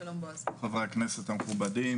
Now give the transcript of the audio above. חברי הכנסת המכובדים,